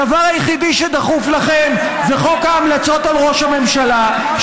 הדבר היחיד שדחוף לכם זה חוק ההמלצות על ראש הממשלה.